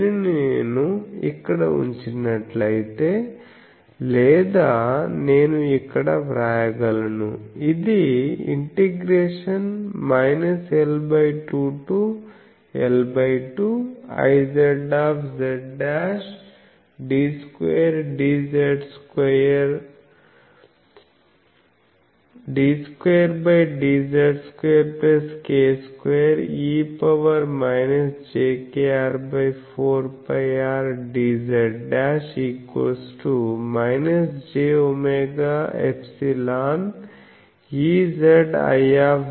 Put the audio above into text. దీనిని నేను ఇక్కడ ఉంచినట్లయితే లేదా నేను ఇక్కడ వ్రాయగలను ఇది ഽ l2 to l2Izz'd2dz2k2e jkR4πRdz' jw∊Ezi R అంటే ఏమిటి